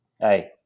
hey